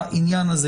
משפטי.